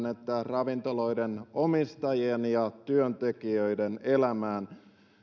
että ravintoloiden omistajien ja työntekijöiden elämään